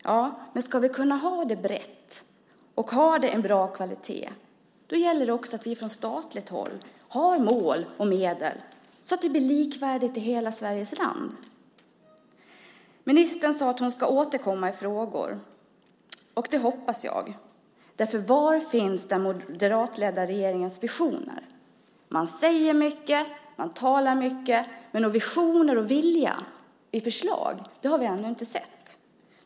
Ja, men om vi ska kunna ha det brett och ha en bra kvalitet gäller det också att vi från statligt håll har mål och medel så att det blir likvärdigt i hela Sveriges land. Ministern sade att hon ska återkomma i frågor. Det hoppas jag. För var finns den moderatledda regeringens visioner? Man säger mycket, man talar mycket, men några visioner och vilja i förslag har vi ännu inte sett.